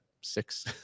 six